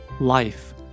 Life